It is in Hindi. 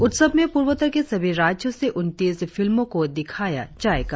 उत्सव में पूर्वोत्तर के सभी राज्यों से उन्तीस फिल्मों को दिखाया जाएगा